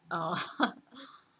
oh